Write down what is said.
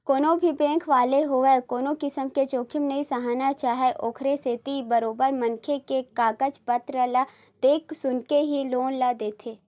कोनो भी बेंक वाले होवय कोनो किसम के जोखिम नइ सहना चाहय ओखरे सेती बरोबर मनखे के कागज पतर ल देख सुनके ही लोन ल देथे